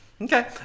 Okay